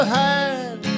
hand